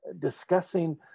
discussing